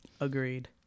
Agreed